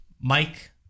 Mike